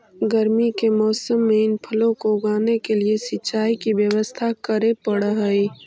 गर्मी के मौसम में इन फलों को उगाने के लिए सिंचाई की व्यवस्था करे पड़अ हई